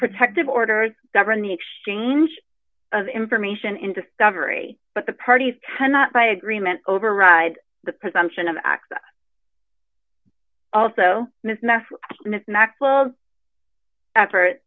protective orders govern the exchange of information in discovery but the parties cannot by agreement override the presumption of access also